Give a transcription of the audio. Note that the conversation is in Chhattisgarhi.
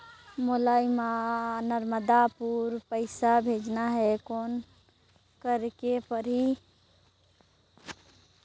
मोला नर्मदापुर पइसा भेजना हैं, कौन करेके परही?